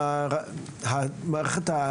על המערכת,